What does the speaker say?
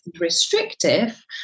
restrictive